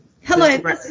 Hello